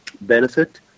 benefit